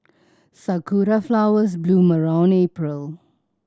sakura flowers bloom around April